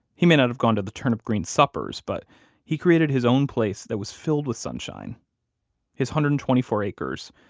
he may not have gone to the turnip green suppers, but he created his own place that was filled with sunshine his one hundred and twenty four acres,